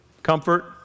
Comfort